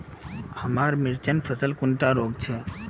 हमार मिर्चन फसल कुंडा रोग छै?